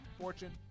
Fortune